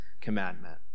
commandment